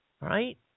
Right